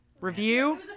review